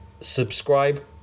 subscribe